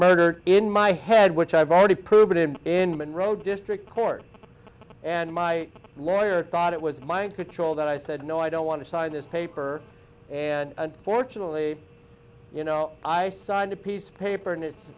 murdered in my head which i've already proven in monroe district court and my lawyer thought it was mind control that i said no i don't want to sign this paper and unfortunately you know i signed a piece of paper and it's